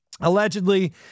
allegedly